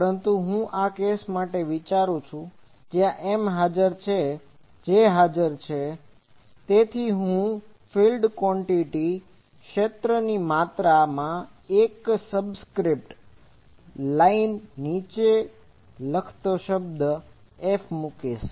પરંતુ આ હું આ કેસ માટે વિચારૂ છું જ્યાં M હાજર છે J ગેરહાજર છે તેથી હું ફિલ્ડ ક્વાન્ટીટીસfield quantitiesક્ષેત્રની માત્રા માં એક સબસ્ક્રીપ્ટSubscriptલાઈન ની નીચે લખાતો શબ્દ f મૂકીશ